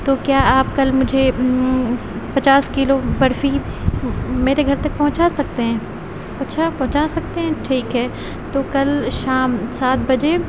تو کیا آپ کل مجھے پچاس کلو برفی میرے گھر تک پہنچا سکتے ہیں اچھا پہنچا سکتے ہیں ٹھیک ہے تو کل شام سات بجے